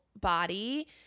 body